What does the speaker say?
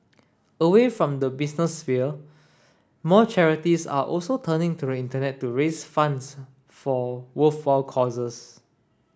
away from the business sphere more charities are also turning the Internet to raise funds for worthwhile causes